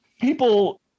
people